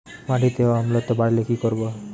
মাটিতে অম্লত্ব বাড়লে কি করব?